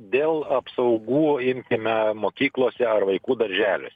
dėl apsaugų imkime mokyklose ar vaikų darželiuose